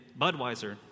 Budweiser